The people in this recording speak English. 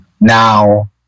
now